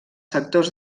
sectors